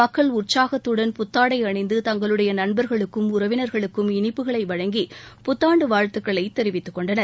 மக்கள் உற்சாகத்துடன் புத்தாடை அணிந்து தங்களுடைய நண்பர்களுக்கும் உறவினர்களுக்கும் இனிப்புகளை வழங்கி புத்தாண்டு வாழ்த்துக்களை தெரிவித்துக் கொண்டனர்